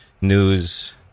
news